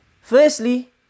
Firstly